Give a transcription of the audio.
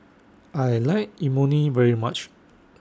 I like Imoni very much